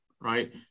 right